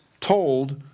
told